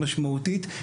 משמעותית.